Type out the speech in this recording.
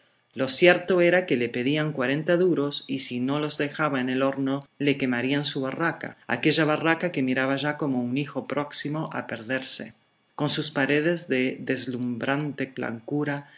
lo cierto era que le pedían cuarenta duros y si no los dejaba en el horno le quemarían su barraca aquella barraca que miraba ya como un hijo próximo a perderse con sus paredes de deslumbrante blancura la